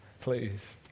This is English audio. please